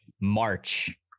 March